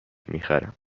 میخرم